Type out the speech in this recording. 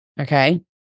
okay